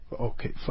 Okay